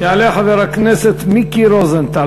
יעלה חבר הכנסת מיקי רוזנטל.